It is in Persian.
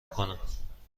کنم